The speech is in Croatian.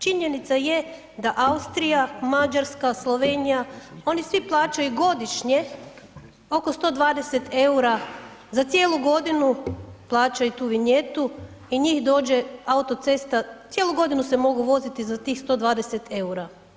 Činjenica je da Austrija, Mađarska, Slovenija, oni svi plaćaju godišnje oko 120 eura za cijelu godinu, plaćaju tu vinjetu i njih dođe autocesta, cijelu godinu se mogu voziti za tih 120 eura.